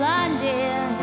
London